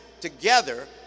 together